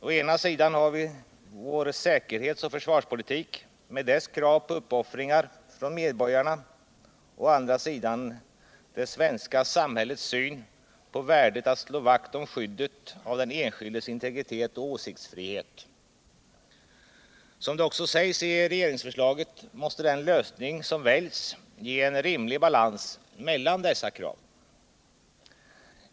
Å ena sidan har vi vår säkerhetsoch försvarspolitik med dess krav på uppoffringar från medborgarnas sida och å andra sidan det svenska samhällets syn på värdet av att slå vakt om skyddet av den enskildes integritet och åsiktsfrihet. Som det också sägs i regeringsförslaget måste den lösning som väljs ge en rimlig balans mellan dessa krav.